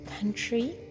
country